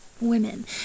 women